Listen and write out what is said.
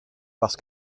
parce